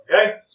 Okay